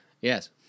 Yes